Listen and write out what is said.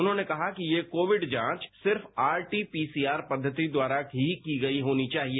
उन्होंने कहा कि ये कोविड जांच सिर्फ आरटी पीसीआर पद्वति द्वारा ही की गई होनी चाहिए